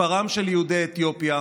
מספרם של יהודי אתיופיה